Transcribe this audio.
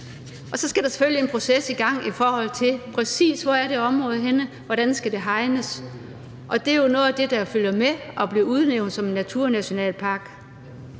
Så skal der selvfølgelig en proces i gang, i forhold til præcis hvor det område er, og hvordan det skal hegnes, og det er jo noget af det, der følger med det at blive udnævnt som en naturnationalpark.